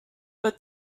but